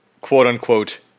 quote-unquote